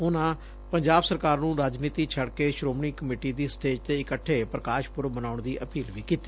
ਉਨੂਾਂ ਪੰਜਾਬ ਸਰਕਾਰ ਨੂੰ ਰਾਜਨੀਤੀ ਛੱਡ ਕੇ ਸ਼ੋਮਣੀ ਕਮੇਟੀ ਦੀ ਸਟੇਜ਼ ਤੇ ਇਕੱਠੇ ਪੁਕਾਸ਼ ਪੁਰਬ ਮਨਾਉਣ ਦੀ ਅਪੀਲ ਵੀ ਕੀਤੀ